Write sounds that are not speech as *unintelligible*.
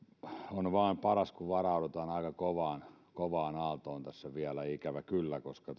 on vain paras että varaudutaan aika kovaan kovaan aaltoon tässä vielä ikävä kyllä koska *unintelligible*